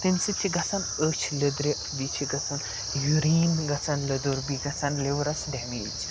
تمہِ سۭتۍ چھِ گژھان أچھ لِدرِ بیٚیہِ چھِ گژھن یوریٖن گژھن لِدُر بیٚیہِ گژھان لِورَس ڈٮ۪میج